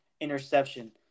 interception